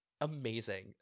amazing